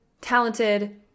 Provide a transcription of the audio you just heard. talented